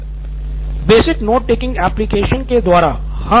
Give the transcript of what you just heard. Nitin Kurian basic note taking application के द्वारा